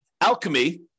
Alchemy